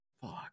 fuck